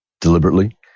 deliberately